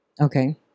Okay